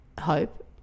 hope